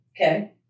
Okay